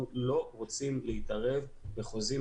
אנחנו לא רוצים להתערב בחוזים,